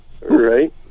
Right